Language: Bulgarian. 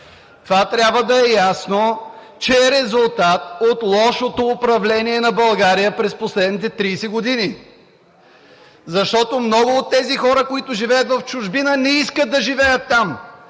Това трябва да е ясно, че е резултат от лошото управление на България през последните 30 години, защото много от тези хора, които живеят в чужбина, не искат да живеят там.